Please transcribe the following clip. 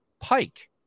pike